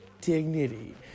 dignity